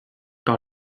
par